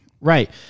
Right